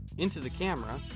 into the camera.